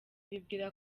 bibwira